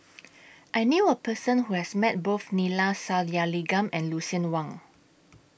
I knew A Person Who has Met Both Neila Sathyalingam and Lucien Wang